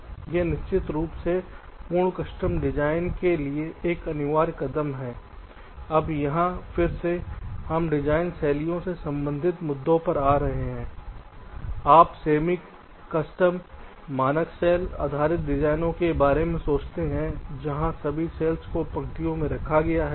यह निश्चित रूप से पूर्ण कस्टम डिजाइन के लिए एक अनिवार्य कदम है अब यहां फिर से हम डिजाइन शैली से संबंधित मुद्दों पर आ रहे हैं आप सेमी कस्टमर मानक सेल आधारित डिजाइनों के बारे में सोचते हैं जहां सभी सेल्स को पंक्तियों में रखा गया है